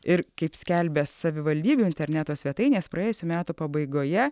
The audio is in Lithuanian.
ir kaip skelbia savivaldybių interneto svetainės praėjusių metų pabaigoje